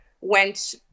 went